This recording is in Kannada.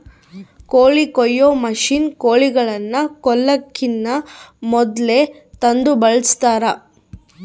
ಕೋಳಿ ಕೊಯ್ಯೊ ಮಷಿನ್ನ ಕೋಳಿಗಳನ್ನ ಕೊಲ್ಲಕಿನ ಮೊದ್ಲೇ ತಂದು ಬಳಸ್ತಾರ